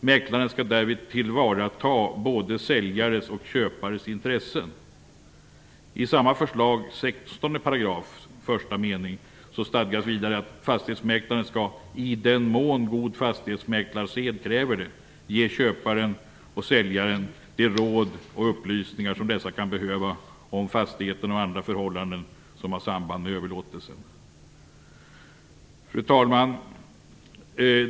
Mäklaren skall därvid tillvarata både säljarens och köparens intresse." I samma förslags 16 § första meningen stadgas vidare: "Fastighetsmäklare skall, i den mån god fastighetsmäklarsed kräver det, ge köpare och säljare de råd och upplysningar som dessa kan behöva om fastigheten och andra förhållanden som har samband med överlåtelsen. Fru talman!